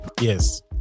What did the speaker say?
Yes